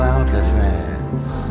Alcatraz